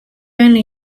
only